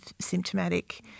symptomatic